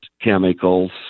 chemicals